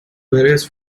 whereas